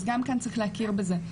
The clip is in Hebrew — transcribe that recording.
אז גם כן צריך להכיר בזה.